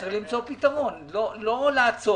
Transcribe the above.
צריך למצוא פתרון, לא לעצור.